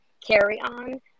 carry-on